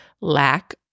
lack